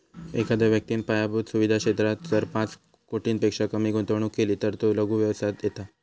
एखाद्या व्यक्तिन पायाभुत सुवीधा क्षेत्रात जर पाच कोटींपेक्षा कमी गुंतवणूक केली तर तो लघु व्यवसायात येता